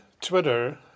Twitter